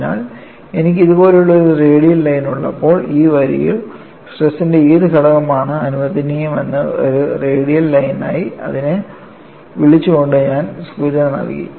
അതിനാൽ എനിക്ക് ഇതുപോലുള്ള ഒരു റേഡിയൽ ലൈൻ ഉള്ളപ്പോൾ ഈ വരിയിൽ സ്ട്രെസ്ന്റെ ഏത് ഘടകമാണ് അനുവദനീയമെന്ന് ഒരു റേഡിയൽ ലൈനായി അതിനെ വിളിച്ചുകൊണ്ട് ഞാൻ സൂചന നൽകി